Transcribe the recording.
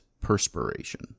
perspiration